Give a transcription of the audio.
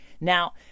Now